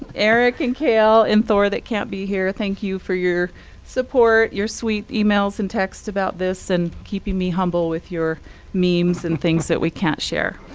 eric and kale, and thor, that can't be here, thank you for your support, your sweet emails and texts about this, and keeping me humble with your memes and things that we can't share.